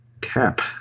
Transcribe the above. cap